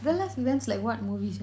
real life events like what movies